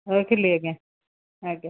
ରଖିଲି ଆଜ୍ଞା ଆଜ୍ଞା